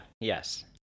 yes